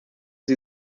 sie